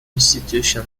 institution